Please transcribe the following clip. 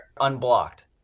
unblocked